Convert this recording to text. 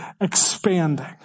expanding